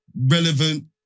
relevant